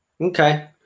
Okay